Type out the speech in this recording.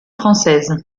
française